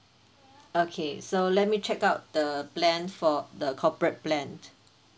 okay so let me check out the plan for the corporate plan